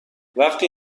وقتی